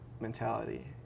mentality